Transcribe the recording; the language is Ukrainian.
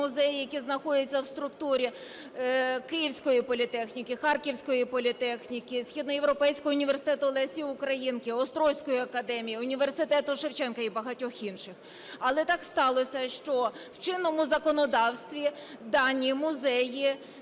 музеї, які знаходяться в структурі Київської політехніки, Харківської політехніки, Східноєвропейського університету Лесі Українки, Острозької академії, університету Шевченка і багатьох інших. Але так сталося, що в чинному законодавстві дані музеї